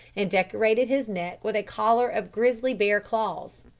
and decorated his neck with a collar of grizzly bear claws.